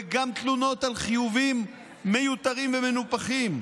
וגם לתלונות על חיובים מיותרים ומנופחים.